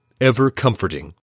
ever-comforting